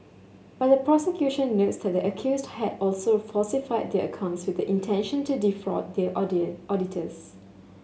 but the prosecution notes that accused had also falsified their accounts with the intention to defraud their auditors